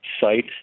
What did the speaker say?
site